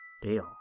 deal